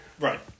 Right